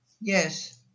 Yes